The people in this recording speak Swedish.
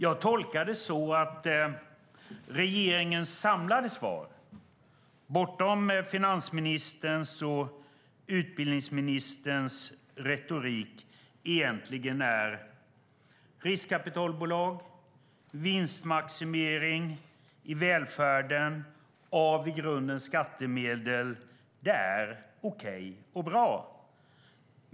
Jag tolkar det så att regeringens samlade svar, bortom finansministerns och utbildningsministerns retorik, egentligen är: Riskkapitalbolag och vinstmaximering i välfärden genom skattemedel är okej och bra.